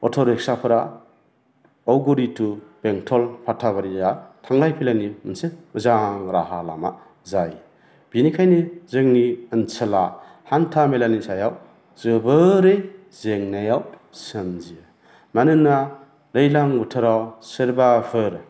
अट'रिक्साफोरा औगुरि थु बेंथल फाथाबारिया थांलाय फैलायनि मोनसे मोजां राहा लामा जायो बेनिखायनो जोंनि ओनसोला हान्थेमेलानि सायाव जोबोरै जेंनायाव सोमजियो मानोना दैलांं बोथोराव सोरबाफोर